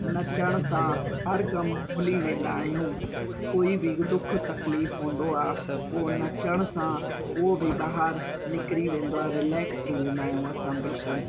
नचण सां हर गम भुली वेंदा आहियूं कोई बि दुख तकलीफ़ हूंदो आहे उहो नचण सां उहो बि ॿाहिरि निकरी वेंदो आहे रिलेक्स थी वेंदा आहियूं असां बिल्कुलु